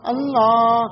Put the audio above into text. Allah